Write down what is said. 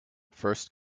first